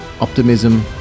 optimism